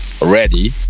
Ready